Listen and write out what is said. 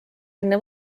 enne